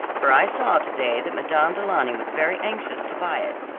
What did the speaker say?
for i saw to-day that madame du launy was very anxious to buy it.